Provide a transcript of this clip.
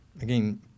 again